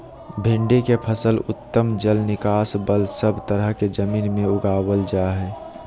भिंडी के फसल उत्तम जल निकास बला सब तरह के जमीन में उगावल जा हई